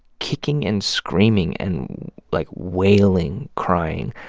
kicking and screaming and, like, wailing crying